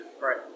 right